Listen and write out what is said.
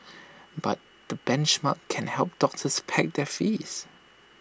but the benchmarks can help doctors peg their fees